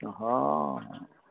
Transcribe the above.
हँ